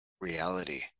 reality